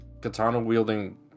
katana-wielding